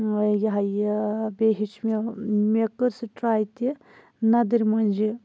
یہِ ہہَ یہِ بیٚیہِ ہیٚچھۍ مےٚ مےٚ کوٚر سُہ ٹراے تہِ نَدٕرۍ مۄنٛجہِ